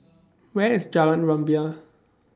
Where IS Jalan Rumbia